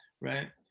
right